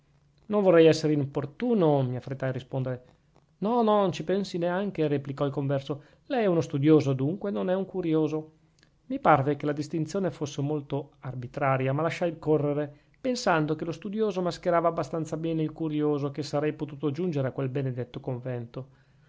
non vorrei essere importuno mi affrettai a rispondere no non ci pensi neanche replicò il converso lei è uno studioso dunque non è un curioso mi parve che la distinzione fosse molto arbitraria ma lasciai correre pensando che lo studioso mascherava abbastanza bene il curioso e che sarei potuto giungere a quel benedetto convento